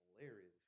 hilarious